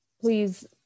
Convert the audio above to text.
please